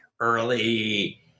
early